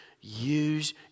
use